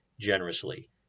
generously